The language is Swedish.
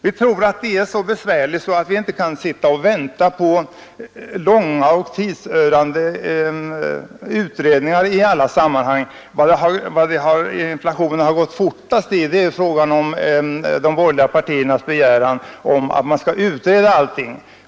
Vi tror det är så pass besvärligt, att vi inte kan sitta och vänta på långa och tidsödande utredningar i alla sammanhang. Där inflationen gått fortast är i fråga om de borgerliga partiernas framställningar om att man skall utreda allting.